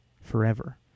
forever